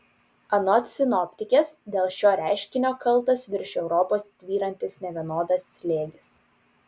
anot sinoptikės dėl šio reiškinio kaltas virš europos tvyrantis nevienodas slėgis